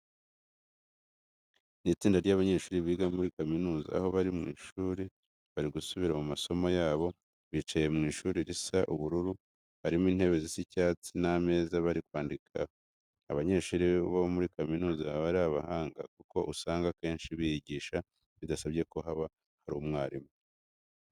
Ni itsinda ry'abanyeshuri biga muri kaminuza, aho bari mu ishuri bari gusubira mu masomo yabo. Bicaye mu ishuri risa ubururu, harimo intebe zisa icyatsi n'ameza bari kwandikiraho. Abanyeshuri bo muri kaminuza baba ari abahanga kuko usanga akenshi biyigisha bidasabye ko haba hari umwarimu.